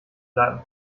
bleiben